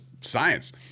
science